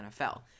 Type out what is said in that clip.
NFL